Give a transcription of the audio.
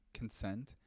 consent